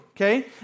Okay